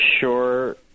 sure